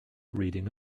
reading